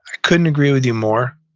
couldn't agree with you more,